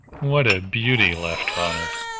what a beauty! laughed ronald.